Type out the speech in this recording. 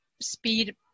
speed